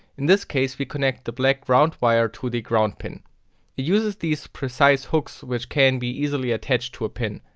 in this case we connect the black ground wire to the ground pin. it uses these precise hooks which can be easily attached to a pin.